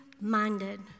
minded